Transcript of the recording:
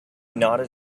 nodded